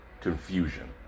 confusion